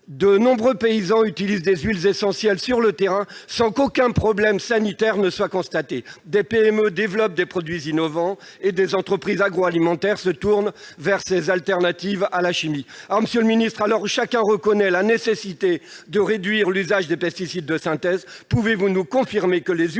De nombreux paysans utilisent des huiles essentielles sur le terrain sans qu'aucun problème sanitaire soit constaté. Des PME développent des produits innovants et des entreprises agroalimentaires se tournent vers ces alternatives à la chimie. Monsieur le ministre, à l'heure où chacun reconnaît la nécessité de réduire l'usage des pesticides de synthèse, pouvez-vous nous confirmer que les huiles